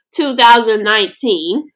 2019